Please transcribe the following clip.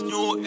New